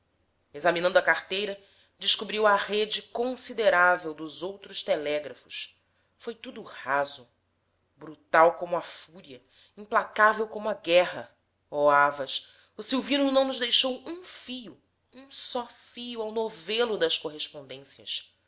examinando a carteira descobriu a rede considerável dos outros telégrafos foi tudo raso brutal como a fúria implacável como a guerra oh havas o silvino não nos deixou um fio um só fio ao novelo das correspondências